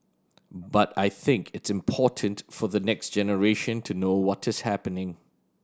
but I think it's important for the next generation to know what is happening